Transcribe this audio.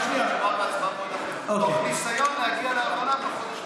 תוך ניסיון להגיע להבנה בחודש הקרוב.